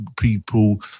people